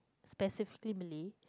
specifically Malay